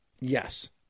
Yes